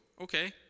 okay